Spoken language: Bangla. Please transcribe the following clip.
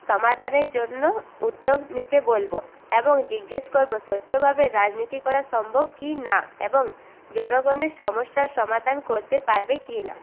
সমাধানের জন্য উদ্যোগ নিতে বলব এবং জিজ্ঞেস করব স্বচ্ছভাবে রাজনীতি করা সম্ভব কি না এবং জনগণের সমস্যার সমাধান করতে পারবে কি না